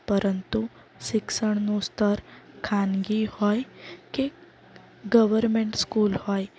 પરંતુ શિક્ષણનું સ્તર ખાનગી હોય કે ગવર્મેન્ટ સ્કૂલ હોય